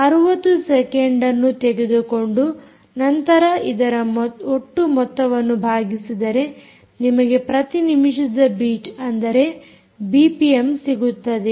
60 ಸೆಕೆಂಡ್ಅನ್ನು ತೆಗೆದುಕೊಂಡು ನಂತರ ಇದರ ಒಟ್ಟು ಮೊತ್ತವನ್ನು ಭಾಗಿಸಿದರೆ ನಿಮಗೆ ಪ್ರತಿ ನಿಮಿಷದ ಬೀಟ್ ಅಂದರೆ ಬಿಪಿಎಮ್ ಸಿಗುತ್ತದೆ